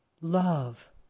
love